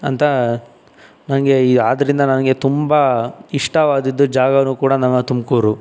ಅಂತ ನನಗೆ ಈ ಆದ್ದರಿಂದ ನನಗೆ ತುಂಬ ಇಷ್ಟವಾದದ್ದು ಜಾಗನೂ ಕೂಡ ನನ್ನ ತುಮಕೂರು